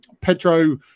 Pedro